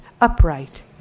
upright